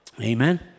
Amen